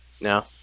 No